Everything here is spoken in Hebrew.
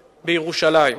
בירושלים.